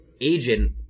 agent